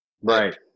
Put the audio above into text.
Right